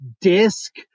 disc